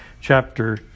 chapter